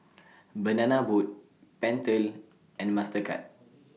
Banana Boat Pentel and Mastercard